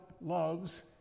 loves